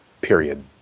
period